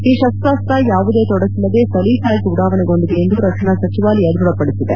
ಈ ಶಸ್ತ್ರಾಸ್ತ ಯಾವುದೇ ತೊಡಕಿಲ್ಲದೆ ಸಲೀಸಾಗಿ ಉಡಾವಣೆಗೊಂಡಿದೆ ಎಂದು ರಕ್ಷಣಾ ಸಚಿವಾಲಯ ದೃಢಪದಿಸಿದೆ